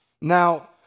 Now